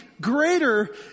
Greater